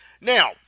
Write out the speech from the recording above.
Now